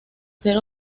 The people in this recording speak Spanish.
ser